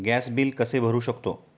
Gas bill कसे भरू शकतो?